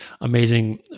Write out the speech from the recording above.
amazing